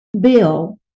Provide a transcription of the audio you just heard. bill